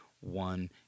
one